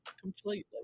Completely